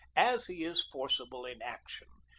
as he is forcible in action.